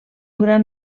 gran